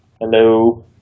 Hello